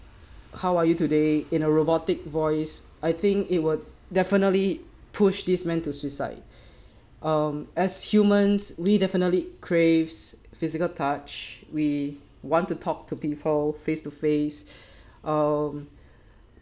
how are you today in a robotic voice I think it would definitely push this man to suicide um as humans we definitely craves physical touch we want to talk to people face to face um